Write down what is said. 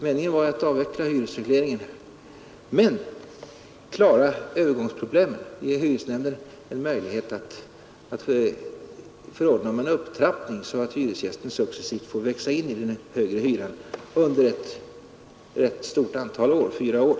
Men vi måste klara övergångsproblemen, ge hyresnämnderna en möjlighet att förordna om en upptrappning, så att hyresgästen successivt får växa in i den högre hyran under ett rätt stort antal år — det rör sig ju om fyra år.